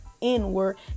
inward